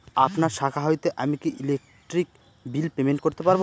আপনার শাখা হইতে আমি কি ইলেকট্রিক বিল পেমেন্ট করতে পারব?